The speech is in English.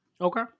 Okay